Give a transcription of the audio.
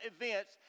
events